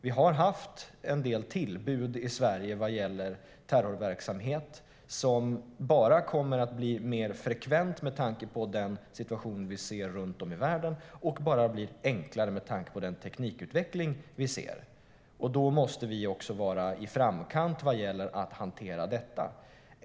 Det har varit en del tillbud med terrorverksamhet i Sverige. De kommer bara att bli mer frekventa med tanke på den situation vi ser i världen, och de kommer bara att bli enklare med tanke på teknikutvecklingen. Då måste vi också vara i framkant vad gäller att hantera detta.